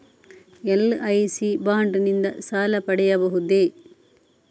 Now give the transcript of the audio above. LIC bond ನಿಂದ ಸಾಲ ಪಡೆಯಬಹುದೇ?